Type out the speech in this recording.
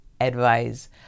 advice